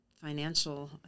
financial